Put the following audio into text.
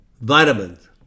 vitamins